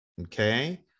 okay